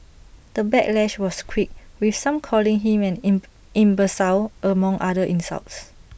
the backlash was quick with some calling him an in imbecile among other insults